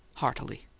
heartily.